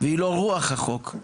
והיא לא רוח החוק.